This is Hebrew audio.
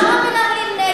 למה מדברים נגד?